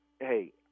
hey